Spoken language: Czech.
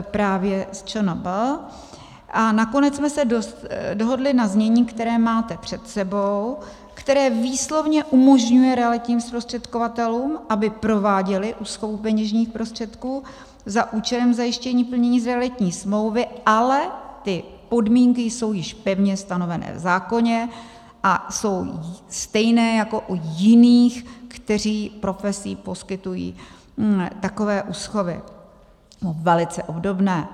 právě z ČNB, a nakonec jsme se dohodli na znění, které máte před sebou, které výslovně umožňuje realitním zprostředkovatelům, aby prováděli úschovu peněžních prostředků za účelem zajištění plnění realitní smlouvy, ale ty podmínky jsou již pevně stanovené v zákoně a jsou stejné jako u jiných, kteří profesí poskytují takové úschovy velice obdobné.